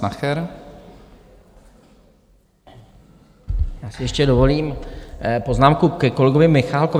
Já si ještě dovolím poznámku ke kolegovi Michálkovi.